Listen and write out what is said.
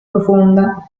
profonda